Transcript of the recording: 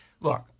Look